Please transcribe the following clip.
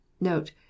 Note